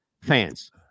Fans